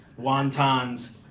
wontons